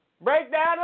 Breakdown